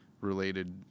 related